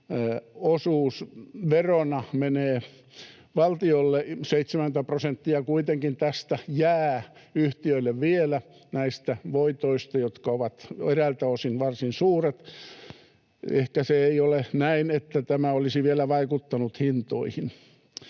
osuus verona menee valtiolle, niin yhtiöille kuitenkin jää 70 prosenttia näistä voitoista, jotka ovat eräiltä osin varsin suuret. Ehkä se ei ole näin, että tämä olisi vielä vaikuttanut hintoihin.